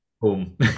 Boom